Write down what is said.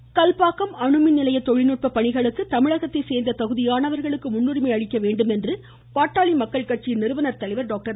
ராமதாஸ் கல்பாக்கம் அணுமின்நிலைய தொழில்நுட்ப பணிகளுக்கு தமிழகத்தை சேர்ந்த தகுதியானவர்களுக்கு முன்னுரிமை அளிக்க வேண்டும் என்று பாமக நிறுவனத்தலைவர் டாக்டர்